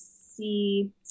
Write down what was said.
see